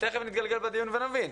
תיכף נתגלגל בדיון ונבין.